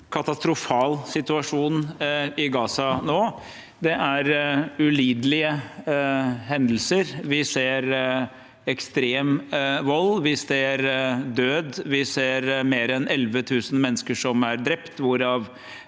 katastrofal situasjon i Gaza nå. Det er ulidelige hendelser. Vi ser ekstrem vold. Vi ser død. Vi ser mer enn 11 000 mennesker som er drept, hvorav